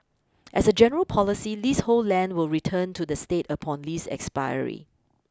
as a general policy leasehold land will return to the state upon lease expiry